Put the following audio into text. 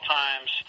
times